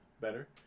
better